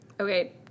Okay